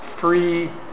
free